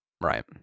right